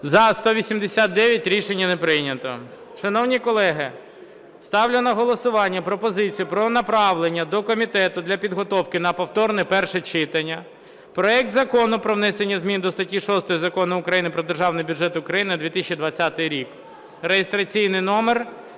За-189 Рішення не прийнято. Шановні колеги, ставлю на голосування пропозицію про направлення до комітету для підготовки на повторне перше читання проект Закону про внесення зміни до статті 6 Закону України "Про Державний бюджет України на 2020 рік" (реєстраційний номер